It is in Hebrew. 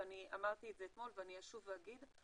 ואני אמרתי את זה אתמול ואני אשוב ואגיד,